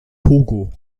togo